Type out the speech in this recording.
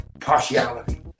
partiality